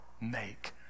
make